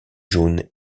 jaune